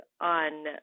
on